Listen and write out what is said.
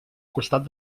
costat